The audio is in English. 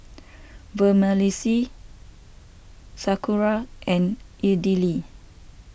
Vermicelli Sauerkraut and Idili